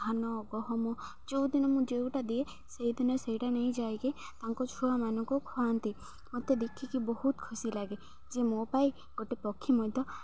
ଧାନ ଗହମ ଯେଉଁଦିନ ମୁଁ ଯେଉଁଟା ଦିଏ ସେଇଦିନ ସେଇଟା ନେଇ ଯାଇକି ତାଙ୍କ ଛୁଆମାନଙ୍କୁ ଖୁଆନ୍ତି ମୋତେ ଦେଖିକି ବହୁତ ଖୁସି ଲାଗେ ଯେ ମୋ ପାଇଁ ଗୋଟେ ପକ୍ଷୀ ମଧ୍ୟ